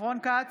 רון כץ,